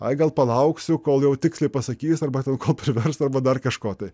ai gal palauksiu kol jau tiksliai pasakys arba ten ko privers arba dar kažko tai